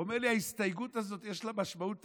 אומר לי: ההסתייגות הזאת יש לה משמעות תקציבית,